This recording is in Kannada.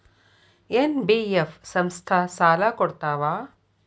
ಎನ್.ಬಿ.ಎಫ್ ಸಂಸ್ಥಾ ಸಾಲಾ ಕೊಡ್ತಾವಾ?